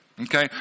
Okay